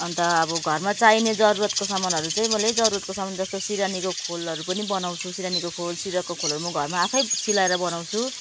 अन्त अब घरमा चाहिने जरुरतको सामानहरू चाहिँ मैले जरुरतको सामान जस्तो सिरानीको खोलहरू पनि बनाउँछु सिरानीको खोल सिरकको खोलहरू म घरमा आफै सिलाएर बनाउँछु